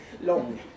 Long